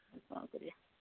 ଆଉ କ'ଣ କରିବା